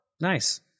Nice